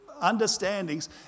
understandings